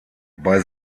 bei